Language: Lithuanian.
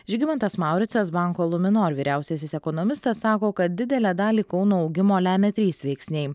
žygimantas mauricas banko luminor vyriausiasis ekonomistas sako kad didelę dalį kauno augimo lemia trys veiksniai